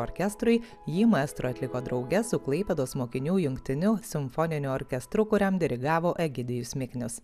orkestrui jį maestro atliko drauge su klaipėdos mokinių jungtiniu simfoniniu orkestru kuriam dirigavo egidijus miknius